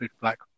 Black